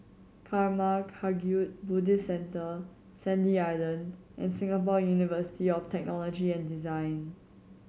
Karma Kagyud Buddhist Centre Sandy Island and Singapore University of Technology and Design